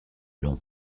long